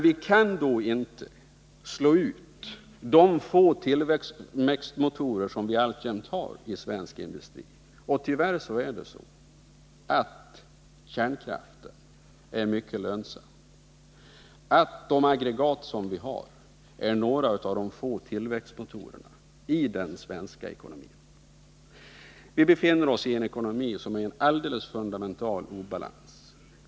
Vi kan då inte slå ut de få tillväxtmotorer som vi alltjämt har i svensk industri. Tyvärr är det så att kärnkraften är mycket lönsam, att de aggregat som vi har är några av de få tillväxtmotorerna i den svenska ekonomin. Vårt lands ekonomi befinner sig i en alldeles fundamental obalans.